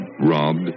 robbed